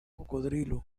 cocodrilos